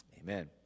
Amen